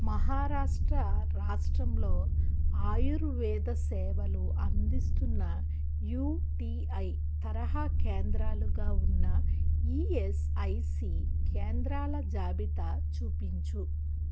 మహారాష్ట్ర రాష్ట్రంలో ఆయుర్వేద సేవలు అందిస్తున్న యుటిఐ తరహా కేంద్రాలుగా ఉన్న ఈయస్ఐసి కేంద్రాల జాబితా చూపించు